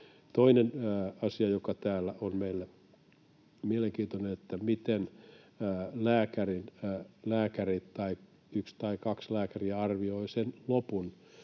Toinen asia, joka täällä on meillä mielenkiintoinen, on se, miten lääkäri tai yksi tai kaksi lääkäriä arvioi sen lopun